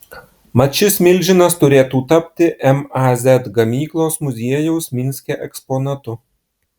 mat šis milžinas turėtų tapti maz gamyklos muziejaus minske eksponatu